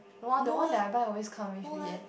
one the one that I buy always come with it eh